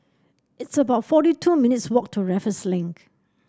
it's about forty two minutes' walk to Raffles Link